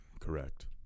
Correct